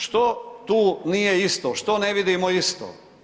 Što tu nije isto, što ne vidimo isto?